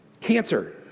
Cancer